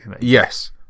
Yes